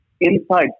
inside